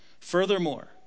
Furthermore